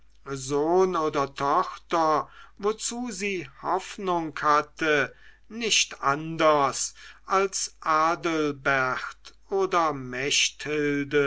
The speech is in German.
sohn oder tochter wozu sie hoffnung hatte nicht anders als adelbert oder